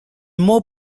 more